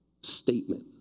statement